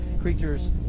creatures